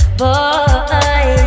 boy